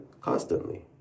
constantly